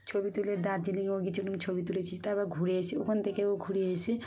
ছবি তুলে দার্জিলিংও গিয়েছিলাম ছবি তুলেছি তারপর ঘুরে এসে ওখান থেকেও ঘুরে এসে